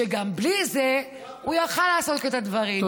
שגם בלי זה הוא יכול לעשות את הדברים,